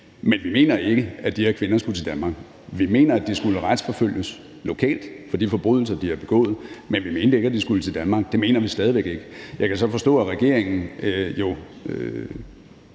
Men vi mener ikke, at de her kvinder skulle til Danmark. Vi mener, at de skulle retsforfølges lokalt for de forbrydelser, de har begået, men vi mente ikke, at de skulle til Danmark, og det mener vi stadig væk ikke. Jeg kan så forstå, at regeringen jo